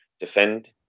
defend